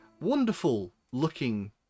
wonderful-looking